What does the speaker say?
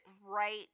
right